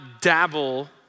dabble